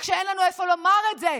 רק שאין לנו איפה לומר את זה,